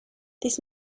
this